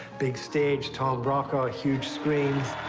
big stage, tom brokaw, huge screens,